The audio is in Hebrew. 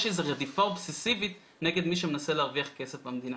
יש איזו רדיפה אובססיבית נגד מי שמנסה להרוויח כסף במדינה,